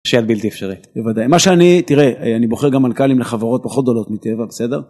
שיעד בלתי אפשרי, בוודאי, מה שאני, תראה אני בוחר גם מנכ"לים לחברות פחות גדולות מטבע בסדר.